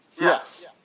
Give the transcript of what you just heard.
Yes